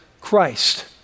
Christ